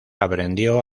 aprendió